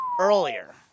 earlier